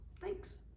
Thanks